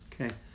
Okay